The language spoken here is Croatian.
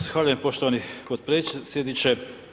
Zahvaljujem poštovani potpredsjedniče.